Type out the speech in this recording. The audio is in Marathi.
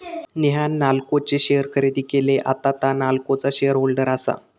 नेहान नाल्को चे शेअर खरेदी केले, आता तां नाल्कोचा शेअर होल्डर आसा